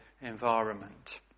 environment